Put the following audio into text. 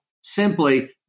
Simply